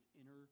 inner